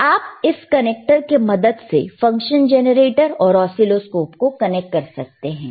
तो आप इस कनेक्टर के मदद से फंक्शन जेनरेटर और ऑसीलोस्कोप को कनेक्ट कर सकते हैं